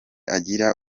agira